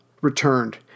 returned